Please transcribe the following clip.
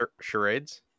charades